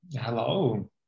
Hello